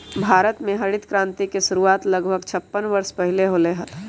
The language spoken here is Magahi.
भारत में हरित क्रांति के शुरुआत लगभग छप्पन वर्ष पहीले होलय हल